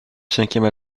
cinquième